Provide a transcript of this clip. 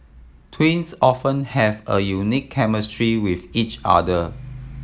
twins often have a unique chemistry with each other